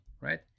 right